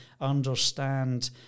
understand